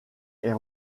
est